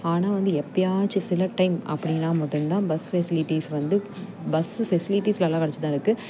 ஆனால் வந்து எப்போயாச்சும் சில டைம் அப்படின்னா மட்டும் தான் பஸ் ஃபெஸ்லிட்டிஸ் வந்து பஸ்ஸு ஃபெஸ்லிட்டிஸ் எல்லாம் கிடச்சி தான் இருக்கு